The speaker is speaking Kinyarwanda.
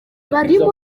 barimo